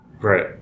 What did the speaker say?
Right